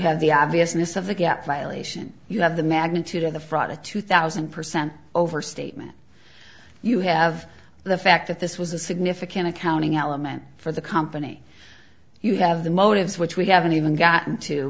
have the obviousness of the gap violation you have the magnitude of the fraud a two thousand percent overstatement you have the fact that this was a significant accounting element for the company you have the motives which we haven't even gotten t